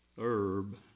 herb